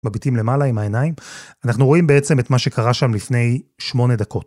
מביטים למעלה עם העיניים, אנחנו רואים בעצם את מה שקרה שם לפני שמונה דקות.